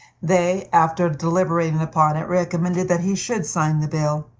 they, after deliberating upon it, recommended that he should sign the bill.